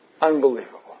Unbelievable